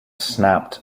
snapped